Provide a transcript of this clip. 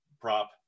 prop